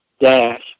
Dash